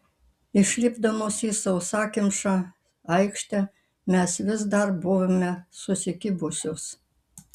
išlipdamos į sausakimšą aikštę mes vis dar buvome susikibusios